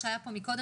זה לא מובן מאליו.